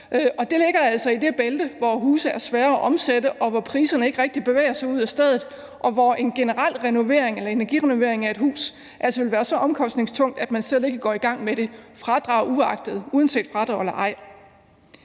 de ligger altså i det bælte, hvor huse er svære at omsætte, hvor priserne ikke rigtig bevæger sig ud af stedet, og hvor en generel energirenovering af et hus altså ville være så omkostningstung, at man slet ikke går i gang med det uanset fradrag eller ej.